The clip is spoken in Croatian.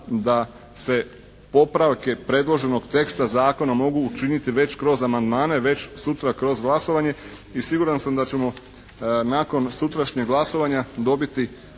da se popravke predloženog teksta zakona mogu učiniti već kroz amandmane, već sutra kroz glasovanje i siguran sam da ćemo nakon sutrašnjeg glasovanja dobiti